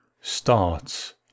starts